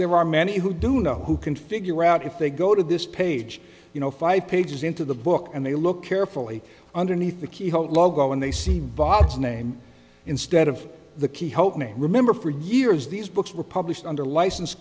there are many who do know who can figure out if they go to this page you know five pages into the book and they look carefully underneath the keyhole logo and they see bob's name instead of the key hope remember for years these books were published under license